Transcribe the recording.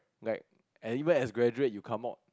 like and even as graduate you come out